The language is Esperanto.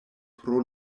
pro